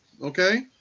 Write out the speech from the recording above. Okay